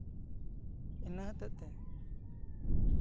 ᱤᱱᱟᱹ ᱦᱚᱛᱮᱜ ᱛᱮ